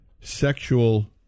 sexual